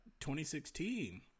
2016